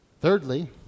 Thirdly